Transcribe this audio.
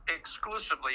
exclusively